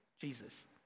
Jesus